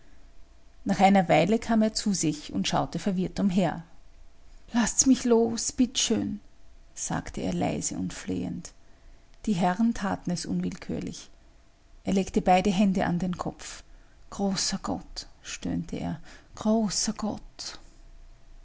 nach einer weile kam er zu sich und schaute verwirrt umher laßt's mich los bitt schön sagte er leise und flehend die herren taten es unwillkürlich er legte beide hände an den kopf großer gott stöhnte er großer gott